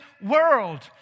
world